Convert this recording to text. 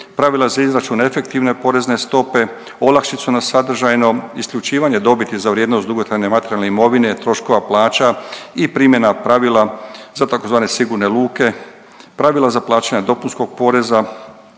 pravila za izračun efektivne porezne stope, olakšicu na sadržajno isključivanje dobiti za vrijednost dugotrajne materijalne imovine, troškova plaća i primjena pravila za tzv. sigurne luke, pravila za plaćanje dopunskog poreza,